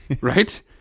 Right